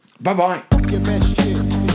Bye-bye